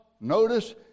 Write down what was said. notice